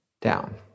down